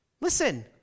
Listen